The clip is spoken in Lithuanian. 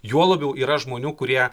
juo labiau yra žmonių kurie